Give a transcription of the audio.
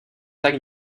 tak